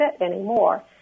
anymore